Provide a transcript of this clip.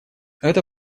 это